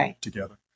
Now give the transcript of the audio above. together